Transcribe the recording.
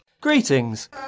greetings